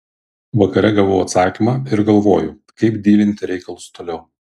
vakare gavau atsakymą ir galvoju kaip dylinti reikalus toliau